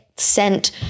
sent